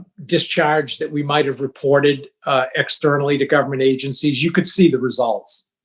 discharge that we might have reported externally to government agencies. you could see the results.